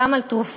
גם על תרופות,